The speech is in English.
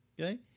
Okay